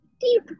deep